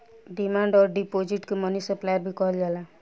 demand अउर deposit के money supply भी कहल जाला